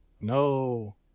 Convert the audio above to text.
No